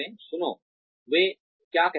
सुनो वे क्या कहते हैं